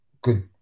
Good